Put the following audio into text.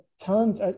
tons